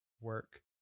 work